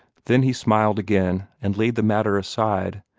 then he smiled again, and laid the matter aside,